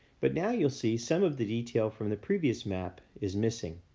but now you'll see some of the detail from the previous map is missing.